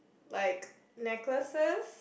like necklaces